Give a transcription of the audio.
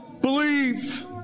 Believe